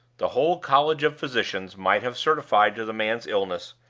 the whole college of physicians might have certified to the man's illness,